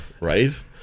Right